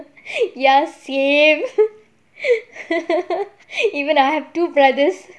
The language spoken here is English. ya same even I have two brothers